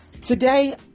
Today